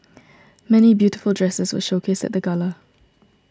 many beautiful dresses were showcased at the gala